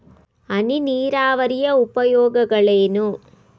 ಹನಿ ನೀರಾವರಿಯ ಉಪಯೋಗಗಳೇನು?